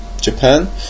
Japan